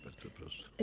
Bardzo proszę.